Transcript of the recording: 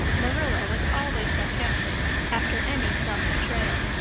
marilla was always sarcastic after any self-betrayal.